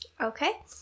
Okay